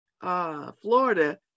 Florida